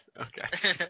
Okay